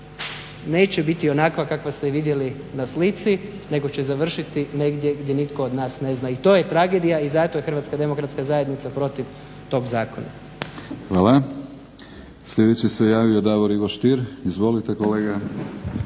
neće biti onakva kakva ste vidjeli na slici nego će završiti negdje gdje nitko od nas ne zna. I to je tragedija i zato je HDZ protiv tog zakona. **Batinić, Milorad (HNS)** Hvala. Sljedeći se javio Davor Ivo Stier. Izvolite kolega.